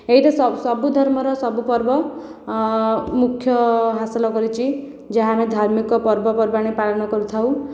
ଏହିଠି ସବୁ ଧର୍ମର ସବୁ ପର୍ବ ମୁଖ୍ୟ ହାସଲ କରିଛି ଯାହା ଆମେ ଧାର୍ମିକ ପର୍ବପର୍ବାଣି ପାଳନ କରିଥାଉ